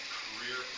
career